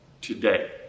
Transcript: today